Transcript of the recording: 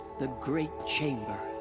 the great chamber.